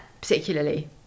particularly